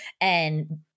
And-